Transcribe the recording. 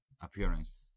appearance